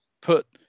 put